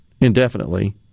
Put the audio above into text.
indefinitely